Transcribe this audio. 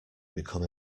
become